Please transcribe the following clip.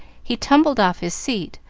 he tumbled off his seat,